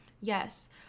yes